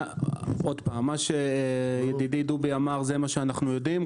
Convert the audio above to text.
מה שידידי דובי אמר, זה מה שאנחנו יודעים.